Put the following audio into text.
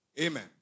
Amen